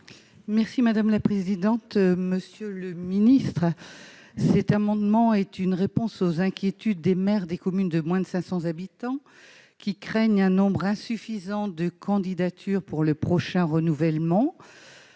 Merci madame la présidente, monsieur le ministre, c'était amendement est une réponse aux inquiétudes des maires des communes de moins de 500 habitants qui craignent un nombre insuffisant de candidatures pour le prochain renouvellement